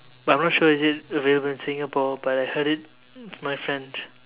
but I'm not sure is it available in Singapore but I heard it from my friends